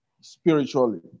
spiritually